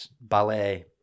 ballet